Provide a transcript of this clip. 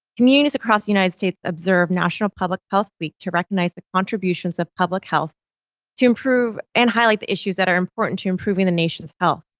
communities across the united states observe national public health week to recognize the contributions of public health to improve and highlight the issues that are important to improving the nation's health.